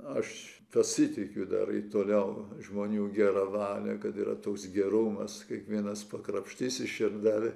aš pasitikiu dar ir toliau žmonių gera valia kad yra toks gerumas kiekvienas pakrapštys širdelėj